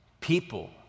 people